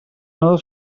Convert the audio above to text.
nota